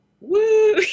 Woo